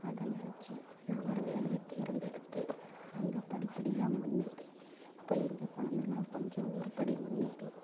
அதை நினச்சி நான் ஒரு வேலையை தேர்ந்தெடுத்து அங்கே படி படியாக முன்னேறி இப்போ எங்கள் குழந்தைங்களும் கொஞ்சம் ஒரு படி முன்னேறி